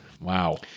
Wow